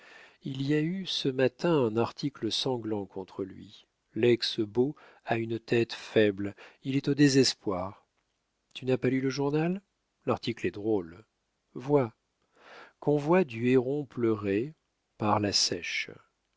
il y a eu ce matin un article sanglant contre lui lex beau a une tête faible il est au désespoir tu n'as pas lu le journal l'article est drôle vois convoi du héron pleuré par la seiche